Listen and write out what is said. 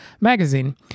magazine